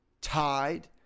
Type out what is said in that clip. Tied